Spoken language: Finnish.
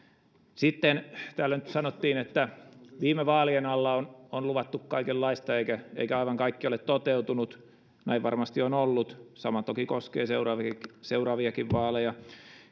sitten täällä nyt sanottiin että viime vaalien alla on on luvattu kaikenlaista eikä aivan kaikki ole toteutunut näin varmasti on ollut sama toki koskee seuraaviakin seuraaviakin vaaleja